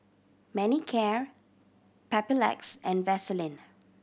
Manicare Papulex and Vaselin